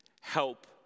help